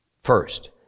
First